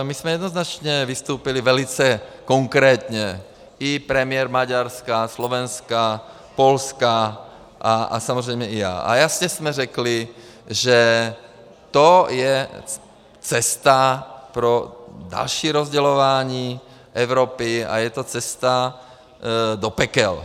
My jsme jednoznačně vystoupili velice konkrétně, i premiér Maďarska, Slovenska, Polska, samozřejmě i já, a jasně jsme řekli, že to je cesta pro další rozdělování Evropy a je to cesta do pekel.